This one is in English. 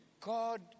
God